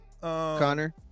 Connor